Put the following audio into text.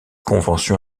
convention